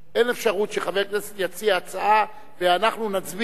אין אפשרות שחבר כנסת יציע הצעה, ואנחנו נצביע.